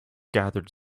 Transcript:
gathered